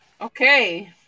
Okay